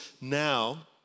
now